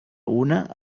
una